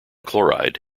chloride